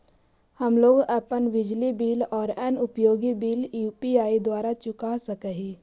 हम लोग अपन बिजली बिल और अन्य उपयोगि बिल यू.पी.आई द्वारा चुका सक ही